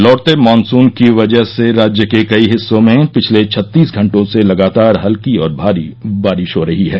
लौटते मानसून की वजह से राज्य के कई हिस्सों में पिछले छत्तीस घंटों से लगातार हल्की और भारी बारिश हो रही है